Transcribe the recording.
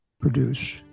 produce